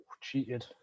cheated